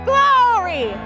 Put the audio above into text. Glory